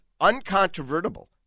uncontrovertible